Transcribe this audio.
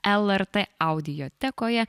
lrt audiotekoje